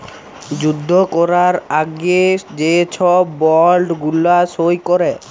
যুদ্ধ ক্যরার আগে যে ছব বল্ড গুলা সই ক্যরে